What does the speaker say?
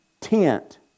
tent